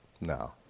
No